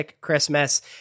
Christmas